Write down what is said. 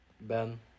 Ben